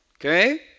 okay